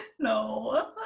no